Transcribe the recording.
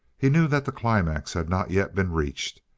he knew that the climax had not yet been reached,